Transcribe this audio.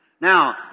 Now